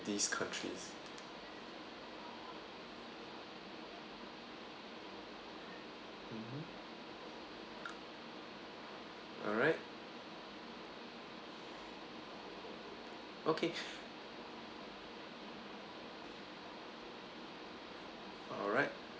these countries mmhmm alright okay alright